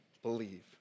believe